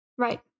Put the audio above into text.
Right